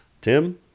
Tim